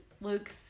Luke's